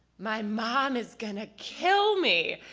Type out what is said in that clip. my mom is gonna kill me.